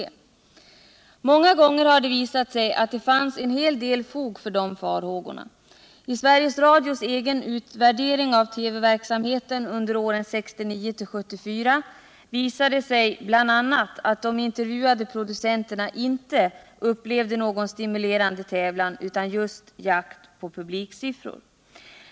Det har också många gånger visat sig att det fanns en hel del fog för de farhågorna. I Sveriges Radios egen utvärdering av TV-verksamheten under åren 1969-1974 visade det sig bl.a. att de intervjuade producenterna inte upplevde någon stimulerande tävlan utan just en jakt på publiksiffror.